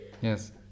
Yes